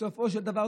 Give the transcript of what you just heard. בסופו של דבר,